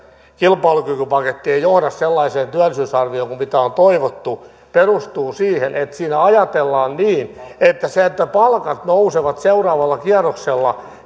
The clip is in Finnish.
kilpailukykypaketti ei johda sellaiseen työllisyysarvioon kuin mitä on toivottu perustuu siihen että siinä ajatellaan niin että palkat nousevat seuraavalla kierroksella